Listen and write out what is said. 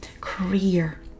career